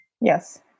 yes